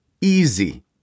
easy